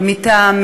תודה רבה לך.